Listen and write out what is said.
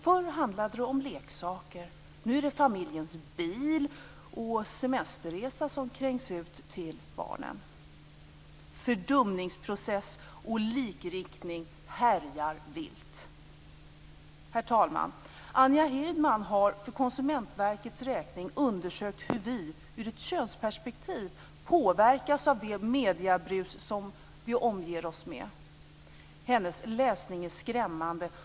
Förr handlade det om leksaker. Nu är det familjens bil och semesterresa som krängs ut till barnen. Fördumningsprocess och likriktning härjar vilt. Herr talman! Anja Hirdman har för Konsumentverkets räkning undersökt hur vi ur ett könsperspektiv påverkas av det mediebrus som vi omger oss med. Hennes rapport är skrämmande läsning.